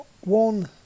One